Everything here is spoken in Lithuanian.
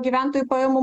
gyventojų pajamų